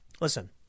listen